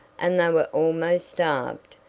and they were almost starved,